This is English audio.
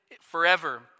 forever